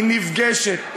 היא נפגשת,